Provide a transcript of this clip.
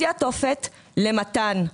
בשיא התופת, למתן.